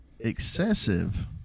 excessive